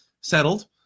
settled